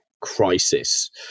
crisis